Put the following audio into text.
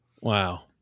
Wow